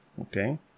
Okay